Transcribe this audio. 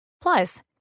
Plus